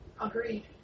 Agreed